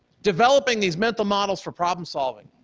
developing these mental models for problem solving,